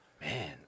Man